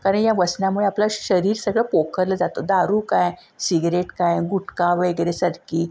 कारण या व्यसनामुळे आपलं शरीर सगळं पोखरलं जातं दारू काय सिगरेट काय गुटखा वगैरे सारखी